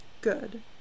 Good